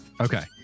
okay